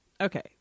Okay